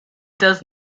does